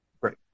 Great